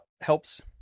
helps